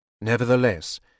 nevertheless